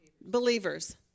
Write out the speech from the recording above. Believers